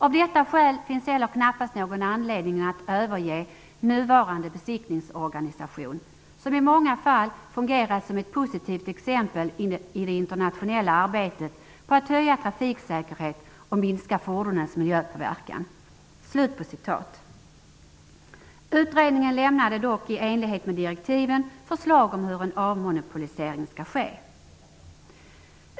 Av detta skäl finns heller knappast någon anledning att överge nuvarande besiktningsorganisation, som i många fall fungerat som ett positivt exempel i det internationella arbetet på att höja trafiksäkerhet och minska fordonens miljöpåverkan.'' Utredningen lämnade dock, i enlighet med direktiven, förslag om hur en avmonopolisering skulle ske.